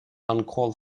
uncalled